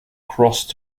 crossed